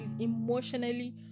emotionally